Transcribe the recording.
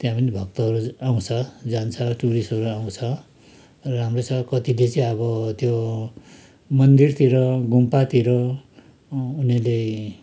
त्यहाँ पनि भक्तहरू आउँछ जान्छ टुरिस्टहरू आउँछ राम्रै छ कतिले चाहिँ अब त्यो मन्दिरतिर गुम्पातिर उनीहरूले